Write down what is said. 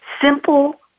simple